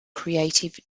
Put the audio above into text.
creative